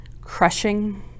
crushing